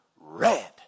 red